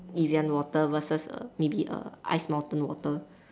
Evian water versus err maybe err Ice-Mountain water